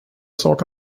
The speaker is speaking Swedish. sak